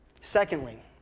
Secondly